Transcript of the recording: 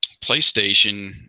PlayStation